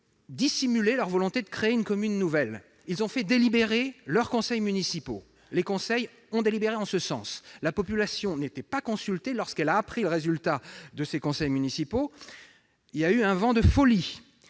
dissimulé leur volonté de créer une commune nouvelle. Ils ont fait délibérer leurs conseils municipaux, et ceux-ci ont délibéré en ce sens. Quand la population, qui n'avait pas été consultée, a appris le résultat de ces conseils municipaux, il y a eu comme un vent de folie.